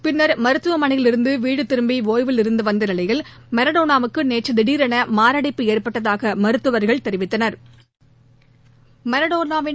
பின்னா் மருத்துவமனையிலிருந்து வீடு திரும்பி ஓயவில் இருந்து வந்த நிலையில் மரடோனோவுக்கு நேற்று திடீரென மாரடைப்பு ஏற்பட்டதாக மருத்துவா்கள் தெரிவித்தனா்